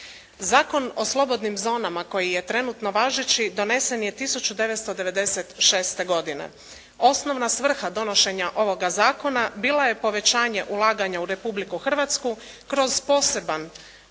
Zakon o slobodnim zonama koji je trenutno važeći donesen je 1996. godine. Osnovna svrha donošenja ovoga zakona bila je povećanje ulaganja u Republiku Hrvatsku kroz poseban